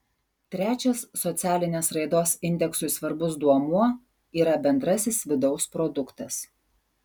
trečias socialinės raidos indeksui svarbus duomuo yra bendrasis vidaus produktas